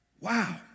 Wow